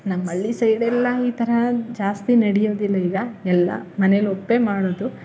ನಮ್ಮ ಹಳ್ಳಿ ಸೈಡೆಲ್ಲ ಈ ಥರ ಜಾಸ್ತಿ ನಡೆಯೋದಿಲ್ಲ ಈಗ ಎಲ್ಲ ಮನೇಲಿ ಒಪ್ಪೇ ಮಾಡೋದು